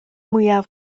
mwyaf